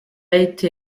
été